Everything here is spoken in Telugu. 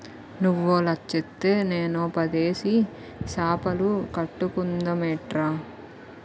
నువ్వో లచ్చిత్తే నేనో పదేసి సాపులు కట్టుకుందమేట్రా